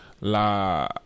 La